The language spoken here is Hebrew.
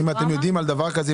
אם אתם יודעים על דבר כזה,